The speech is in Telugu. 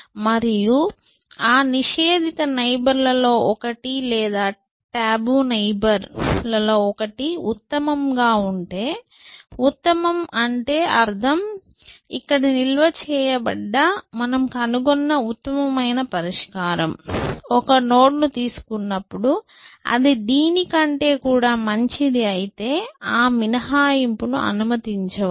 మరియు ఆ నిషేధిత నైబర్ ల లో ఒకటి లేదా టబు నైబర్లలో ఒకటి ఉత్తమంగా ఉంటే ఉత్తమంగా అంటే అర్థం ఇక్కడ నిల్వచేయబడ్డ మనం కనుగొన్న ఉత్తమమైన పరిష్కారం ఒక నోడ్ను తీసుకున్నప్పుడు అది దీని కంటే కూడా మంచిది అయితే ఆ మినహాయింపును అనుమతించవచ్చు